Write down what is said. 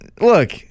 look